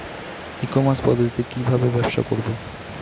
ই commerce পদ্ধতিতে কি ভাবে ব্যবসা করব?